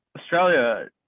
Australia